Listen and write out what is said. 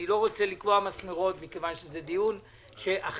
אני לא רוצה לקבוע מסמרות מכיוון שזה דיון שנערך